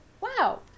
wow